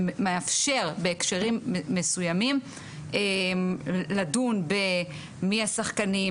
שמאפשר בהקשרים מסוימים לדון במי השחקנים,